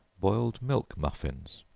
boiled milk muffins.